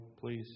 please